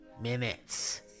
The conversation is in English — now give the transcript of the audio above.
minutes